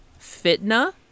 Fitna